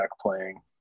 playing